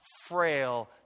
frail